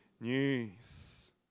news